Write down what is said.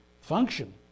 function